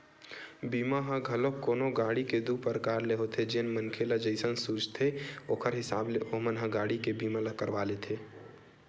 बीमा ह घलोक कोनो गाड़ी के दू परकार ले होथे जेन मनखे ल जइसन सूझथे ओखर हिसाब ले ओमन ह गाड़ी के बीमा ल करवा लेथे